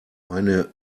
eine